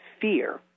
fear